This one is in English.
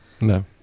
No